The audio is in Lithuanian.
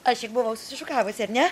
aš juk buvau susišukavusi ir ne